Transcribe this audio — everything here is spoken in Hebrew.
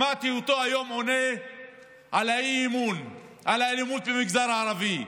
שמעתי אותו היום עונה על האי-אמון על האלימות במגזר הערבי.